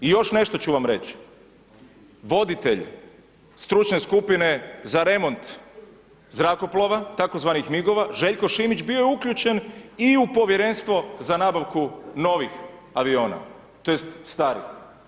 I još nešto ću vam reći, voditelj stručne službe za remont zrakoplova tzv. migova, Željko Šimić bio je uključen i u povjerenstvo za nabavku novih aviona tj. starih.